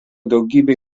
daugybė